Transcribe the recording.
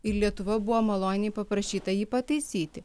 ir lietuva buvo maloniai paprašyta jį pataisyti